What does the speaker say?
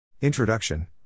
Introduction